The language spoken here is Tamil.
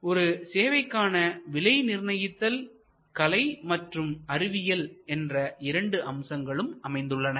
எனவே ஒரு சேவைக்கான விலை நிர்ணயத்தில் கலை மற்றும் அறிவியல் என இரண்டு அம்சங்களும் அமைந்துள்ளன